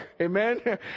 Amen